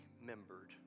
remembered